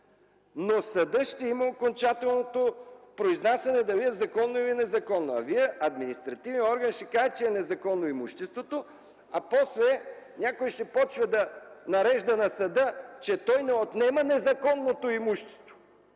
Но съдът ще има окончателното произнасяне дали е законно, или незаконно. А Вие – административният орган ще каже, че е незаконно имуществото, а после някой ще започне да нарежда на съда, че той не отнема незаконното имущество!?